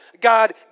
God